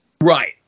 Right